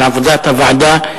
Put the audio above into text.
על עבודת הוועדה,